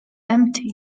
empty